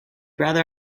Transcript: rather